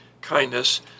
kindness